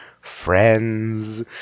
friends